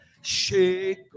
shake